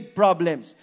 problems